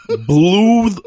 blew